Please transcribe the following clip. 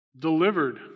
Delivered